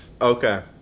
Okay